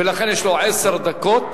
ולכן יש לו עשר דקות,